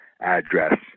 address